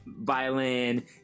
violin